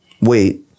Wait